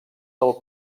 del